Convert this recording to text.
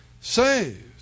saved